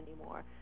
anymore